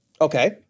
Okay